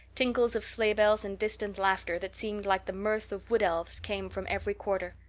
tinkles of sleigh bells and distant laughter, that seemed like the mirth of wood elves, came from every quarter.